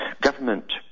government